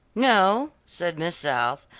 no, said miss south,